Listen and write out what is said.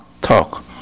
talk